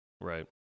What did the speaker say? Right